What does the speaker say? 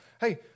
hey